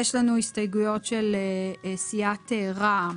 יש לנו הסתייגויות של סיעת רע"מ.